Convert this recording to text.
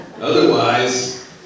Otherwise